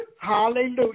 Hallelujah